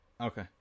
Okay